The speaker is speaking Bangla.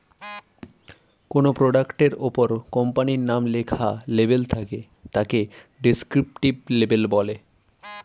কোনো প্রোডাক্ট এর উপর কোম্পানির নাম লেখা লেবেল থাকে তাকে ডেস্ক্রিপটিভ লেবেল বলে